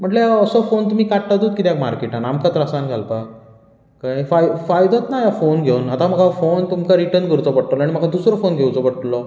म्हणजे असलो फोन तुमी काडटातच कित्याक मार्केटांत आमकां त्रासान घालपाक कळ्ळें फायदोच ना हो फोन घेवन आतां म्हाका हो फोन तुमकां रिटर्न करचो पडटलो आनी म्हाका दुसरो फोन घेवचो पडटलो